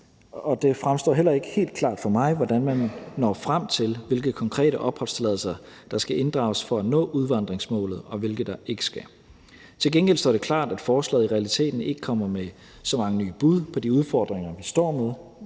Det fremstår heller ikke helt klart for mig, hvordan man når frem til, hvilke konkrete opholdstilladelser der skal inddrages for at nå udvandringsmålet, og hvilke der ikke skal. Til gengæld står det klart, at forslaget i realiteten ikke kommer med så mange nye bud på de udfordringer, vi står med.